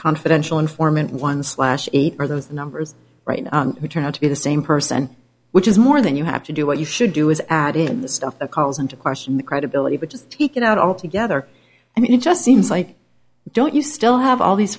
confidential informant and one slash eight are those numbers right now who turn out to be the same person which is more than you have to do what you should do is add in the stuff that calls into question the credibility which is take it out altogether and it just seems like don't you still have all these